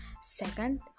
Second